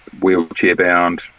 wheelchair-bound